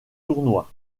tournois